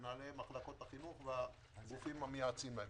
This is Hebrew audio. מנהלי מחלקות החינוך והגופים המייעצים להם.